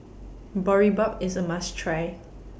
Boribap IS A must Try